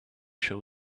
show